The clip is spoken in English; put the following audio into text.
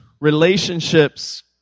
relationships